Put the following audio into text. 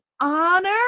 honor